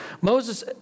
Moses